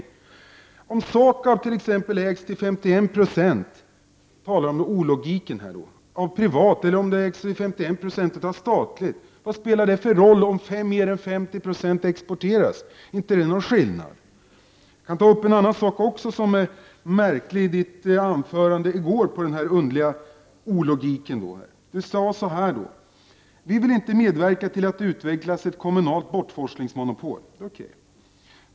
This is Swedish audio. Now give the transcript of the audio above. Apropå det som Ingvar Eriksson sade om ologik vill jag fråga: Vad spelar det för roll om t.ex. SAKAB ägs till mer än 51 96 av staten eller av privata intressen, om nu mer än 50 96 av avfallet exporteras? Inte är det väl någon skillnad? Jag kan ta upp en annan märklig sak från Ingvar Erikssons anförande j går, som ett exempel på ologik. Ingvar Eriksson sade: ”Vi vill inte medverka till att det utvecklas ett kommunalt bortforslingsmonopol.